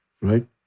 Right